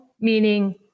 meaning